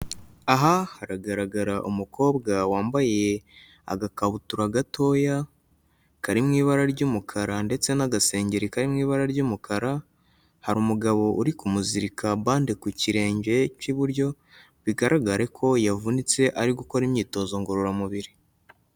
Aha haragaragara umukobwa wambaye agakabutura gatoya kari mu ibara ry'umukara ndetse n'agasengeri kari mu ibara ry'umukara, hari umugabo uri kumuzirika bande ku kirenge cy'iburyo, bigaragare ko yavunitse ari gukora imyitozo ngororamubiri.